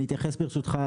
אני אתייחס ברשותך,